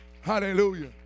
Hallelujah